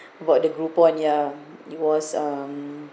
about the groupon ya it was um